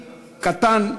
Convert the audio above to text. קטן,